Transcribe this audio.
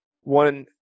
one